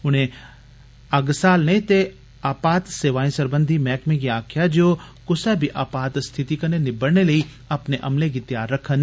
उनें अग्ग स्हालने ते आपात सेवाएं सरबंधी मैह्कमे गी आक्खेआ जे ओह कुसा बी आपात स्थिति कन्नै निब्बड़ने लेई अपने अमले गी तैयार रक्खन